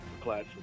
class